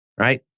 right